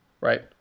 Right